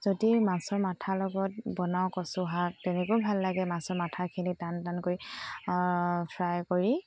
যদি মাছৰ মাথাৰ লগত বনাওঁ কচুশাক তেনেকেও ভাল লাগে মাছৰ মাথাখিনি টান টানকৈ ফ্ৰাই কৰি